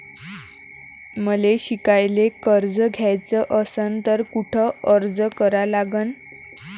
मले शिकायले कर्ज घ्याच असन तर कुठ अर्ज करा लागन?